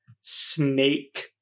snake